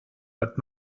but